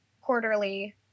quarterly